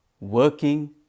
working